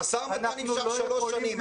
המשא-ומתן נמשך שלוש שנים.